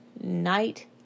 night